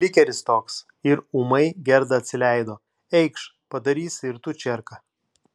likeris toks ir ūmai gerda atsileido eikš padarysi ir tu čierką